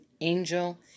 Angel